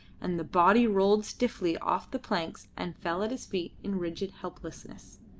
and the body rolled stiffly off the planks and fell at his feet in rigid helplessness.